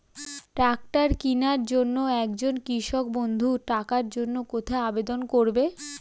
Tractor কিনার জন্য একজন কৃষক বন্ধু টাকার জন্য কোথায় আবেদন করবে?